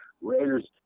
Raiders